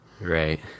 Right